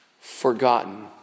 forgotten